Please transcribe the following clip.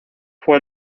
fue